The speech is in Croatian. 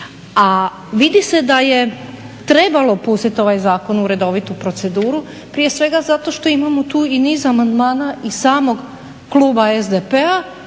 A vidi se da je trebalo pustit ovaj zakon u redovitu proceduru, prije svega zato što imamo tu i niz amandmana iz samog kluba SDP-a